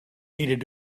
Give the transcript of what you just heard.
needed